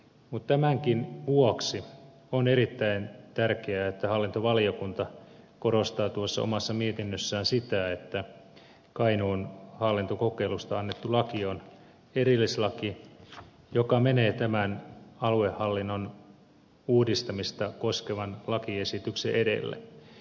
mutta tämänkin vuoksi on erittäin tärkeää että hallintovaliokunta korostaa tuossa omassa mietinnössään sitä että kainuun hallintokokeilusta annettu laki on erillislaki joka menee tämän aluehallinnon uudistamista koskevan lakiesityksen edelle